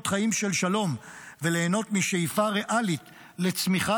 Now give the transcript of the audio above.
חיים של שלום וליהנות משאיפה ריאלית לצמיחה